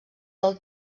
del